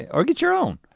or get your own.